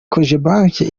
cogebanque